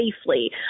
safely